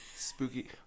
spooky